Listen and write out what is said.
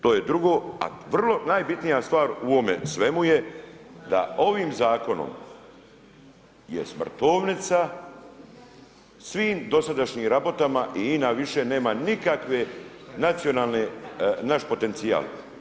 To je drugo, a vrlo, najbitnija stvar u ovome svemu je da ovim Zakonom je smrtovnica svim dosadašnjim rabotama i INA više nema nikakve nacionalne, naš potencijal.